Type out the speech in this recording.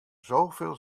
zoveel